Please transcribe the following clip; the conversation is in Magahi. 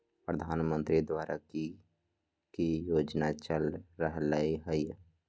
प्रधानमंत्री द्वारा की की योजना चल रहलई ह?